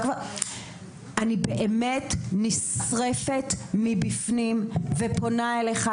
אני באמת נשרפת מבפנים ופונה אליך,